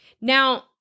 Now